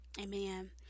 amen